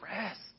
rest